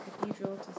cathedral